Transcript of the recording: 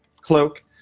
Cloak